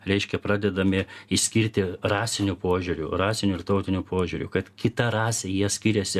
reiškia pradedami išskirti rasiniu požiūriu rasiniu ir tautiniu požiūriu kad kita rasė jie skiriasi